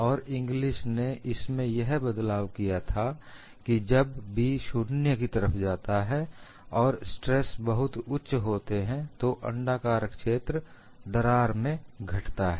और ईगंलिस ने इसमें यह बदलाव किया था कि जब 'b' शून्य की तरफ जाता है और स्ट्रेस बहुत उच्च होते हैं तो अंडाकार क्षेत्र दरार में घटता है